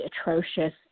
atrocious